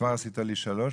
כבר עשית לי שלוש,